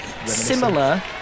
Similar